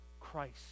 christ